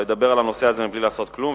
לדבר על הנושא הזה בלי לעשות כלום,